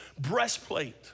breastplate